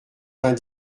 vingt